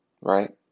Right